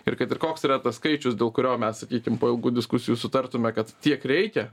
ir kad ir koks yra tas skaičius dėl kurio mes sakykim po ilgų diskusijų sutartume kad tiek reikia